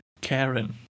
Karen